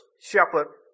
shepherd